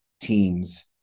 teams